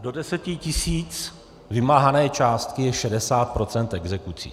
Do 10 tisíc vymáhané částky je 60 % exekucí.